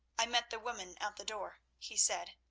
i met the women at the door, he said.